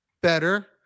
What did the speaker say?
better